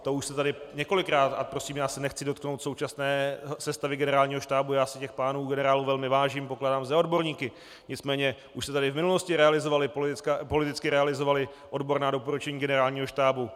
To už se tady několikrát a prosím, já se nechci dotknout současné sestavy Generálního štábu, já si těch pánů generálů velmi vážím, pokládám je za odborníky nicméně už se tady v minulosti politicky realizovala odborná doporučení Generálního štábu.